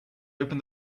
open